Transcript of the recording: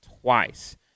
twice